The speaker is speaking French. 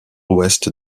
ouest